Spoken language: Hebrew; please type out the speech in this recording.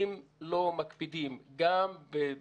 אם לא מקפידים גם ביציאה,